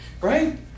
right